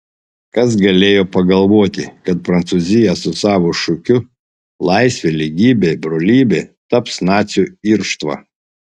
kas galėjo pagalvoti kad prancūzija su savo šūkiu laisvė lygybė brolybė taps nacių irštva